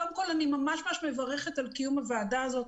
קודם כל אני ממש מברכת על קיום הוועדה הזאת.